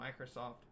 microsoft